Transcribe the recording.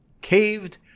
caved